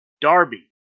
Darby